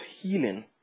healing